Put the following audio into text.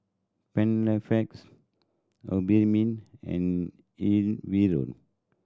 Panaflex Obimin and